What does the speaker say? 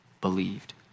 believed